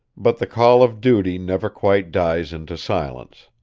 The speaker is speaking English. but the call of duty never quite dies into silence.